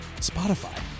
Spotify